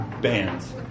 bands